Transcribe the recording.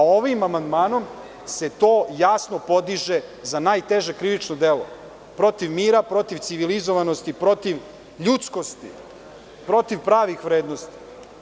Ovim amandmanom se to jasno podiže za najteže krivično delo protiv mira, protiv civilizovanosti, protiv ljudskosti, protiv pravih vrednosti.